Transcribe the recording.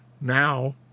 now